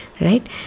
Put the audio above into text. right